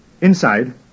Inside